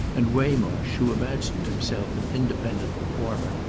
and waymarsh, who imagined himself an independent performer,